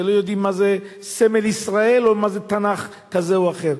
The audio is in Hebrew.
שלא יודעים מה זה סמל ישראל או מה זה תנ"ך כזה או אחר.